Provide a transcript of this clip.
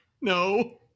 no